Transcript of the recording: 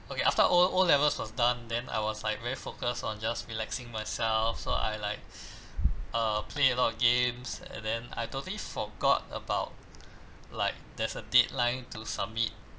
okay after o o levels was done then I was like very focus on just relaxing myself so I like uh play a lot of games and then I totally forgot about like there's a deadline to submit